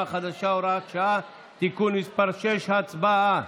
החדש) (הוראת שעה) (תיקון מס' 6). הצבעה.